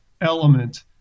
element